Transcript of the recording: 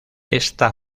esta